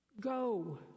Go